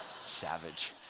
Savage